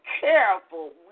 careful